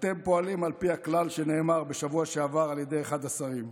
אתם פועלים על פי הכלל שנאמר בשבוע שעבר על ידי אחד השרים: